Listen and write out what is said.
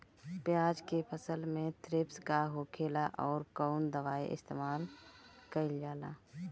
प्याज के फसल में थ्रिप्स का होखेला और कउन दवाई इस्तेमाल कईल जाला?